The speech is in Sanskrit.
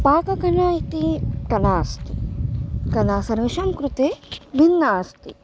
पाककला इति कला अस्ति कला सर्वेषां कृते भिन्ना अस्ति